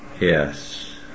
yes